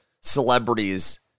celebrities